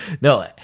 No